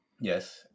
yes